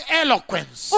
eloquence